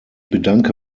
bedanke